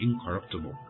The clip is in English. incorruptible